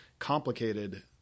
complicated